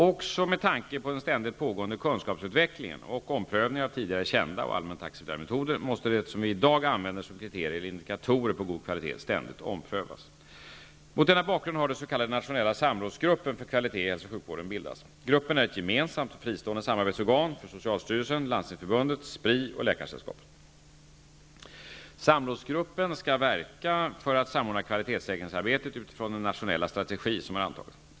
Också med tanke på den ständigt pågående kunskapsutvecklingen och omprövningar av tidigare kända och allmänt accepterade metoder måste det som vi i dag använder som kriterier eller indikatorer på god kvalitet ständigt omprövas. Mot denna bakgrund har den s.k. Nationella samrådsgruppen för kvalitet i hälso och sjukvården bildats. Gruppen är ett gemensamt och fristående samarbetsorgan för socialstyrelsen, Samrådsgruppen skall verka för att samordna kvalitetssäkringsarbetet utifrån den nationella strategi som har antagits.